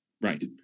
right